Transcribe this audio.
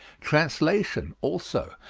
translation, also,